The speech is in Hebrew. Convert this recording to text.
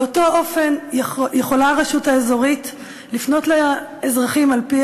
באותו אופן יכולה הרשות האזורית לפנות לאזרחים על-פי